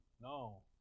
No